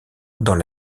dans